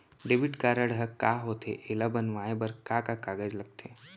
Debit card ह का होथे एला बनवाए बर का का कागज लगथे?